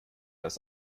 das